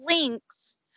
links